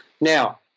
Now